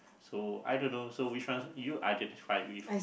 so I don't know so which one you identify with